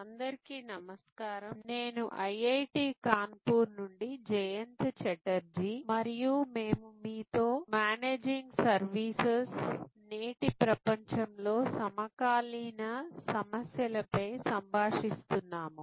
అందరికీ నమస్కారం నేను ఐఐటి కాన్పూర్ నుండి జయంత ఛటర్జీ మరియు మేము మీతో మరియు మేనేజింగ్ సర్వీసెస్ నేటి ప్రపంచంలో సమకాలీన సమస్యల పై సంభాషిస్తున్నాము